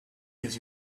gives